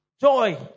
Joy